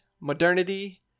modernity